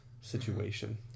situation